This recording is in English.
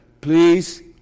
Please